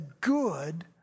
good